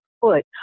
foot